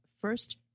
first